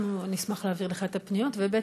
אנחנו נשמח להעביר לך את הפניות, וב.